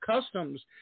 Customs